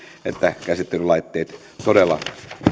että käsittelylaitteet todella